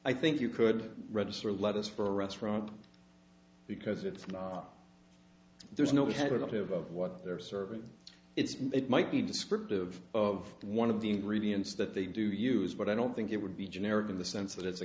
i think you could register let us for a restaurant because it's not there's no we have enough to vote what they're serving it might be descriptive of one of the ingredients that they do use but i don't think it would be generic in the sense that it's a